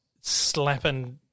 slapping